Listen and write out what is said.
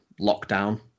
lockdown